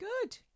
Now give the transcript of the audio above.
Good